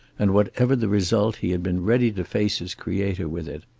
and whatever the result he had been ready to face his creator with it.